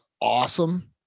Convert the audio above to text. awesome